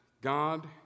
God